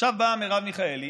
עכשיו באה מרב מיכאלי,